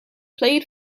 played